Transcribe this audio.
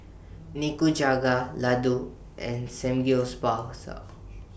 Nikujaga Ladoo and